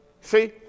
See